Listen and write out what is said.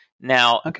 Now